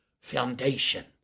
foundation